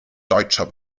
deutscher